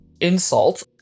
insult